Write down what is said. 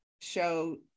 show